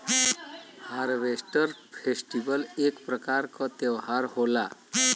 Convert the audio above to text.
harvest festival एक प्रकार क त्यौहार होला